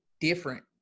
different